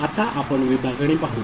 आता आपण विभागणी पाहू